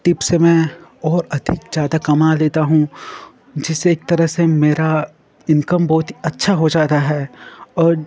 tip से मैं और अधिक ज़्यादा कमा लेता हूँ जिससे एक तरा से मेरा इनकम बहुत ही अच्छा हो जाता है और